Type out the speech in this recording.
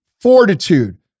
fortitude